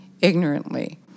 ignorantly